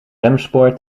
remspoor